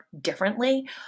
differently